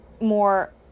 more